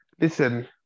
listen